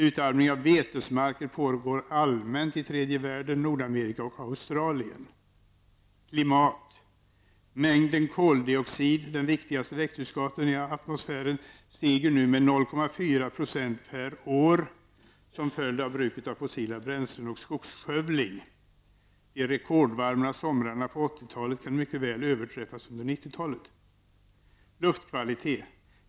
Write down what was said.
Utarmning av betesmarker pågår allmänt i Tredje världen, Mängden koldioxid, den viktigaste växthusgasen i atmosfären stiger nu med 0,4 procent per år som följd av bruket av fossila bränslen och skogsskövling. De rekordvarma somrarna på åttiotalet kan mycket väl överträffas under nittiotalet.